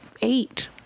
eight